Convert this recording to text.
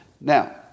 now